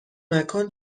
مکان